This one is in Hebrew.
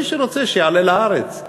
מי שרוצה שיעלה לארץ,